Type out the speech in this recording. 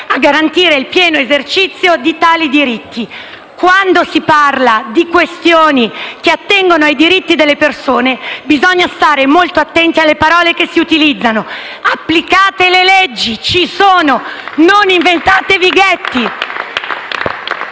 a garantire il pieno esercizio di tali diritti. Quando si parla di questioni che attengono ai diritti delle persone bisogna stare molto attenti alle parole che si utilizzano. Applicate le leggi: ci sono. Non inventatevi ghetti!